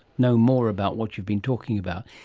know more about what you've been talking about.